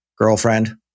girlfriend